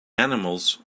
animals